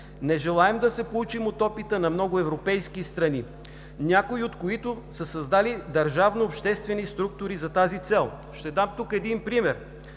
Не желаем да се поучим от опита на много европейски страни, някои от които са създали държавно-обществени структури за тази цел. Ще дам тук един пример.